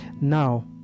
now